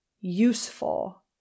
useful